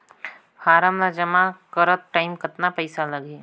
Form ला जमा करत टाइम कतना पइसा लगही?